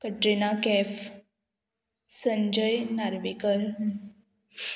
Katrina Kaif Sanjay Narvekar